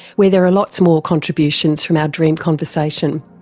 where there are lots more contributions from our dream conversation.